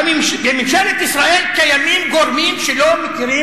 בממשלת ישראל קיימים גורמים שלא מכירים